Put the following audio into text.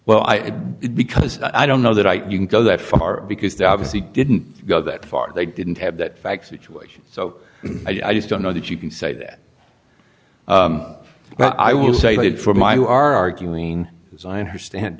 well i did because i don't know that i can go that far because they obviously didn't go that far they didn't have that fax situation so i just don't know that you can say that but i will say i did for my are arguing as i understand